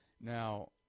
Now